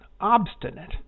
obstinate